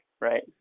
right